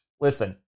Listen